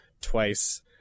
twice